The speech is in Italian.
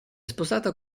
sposata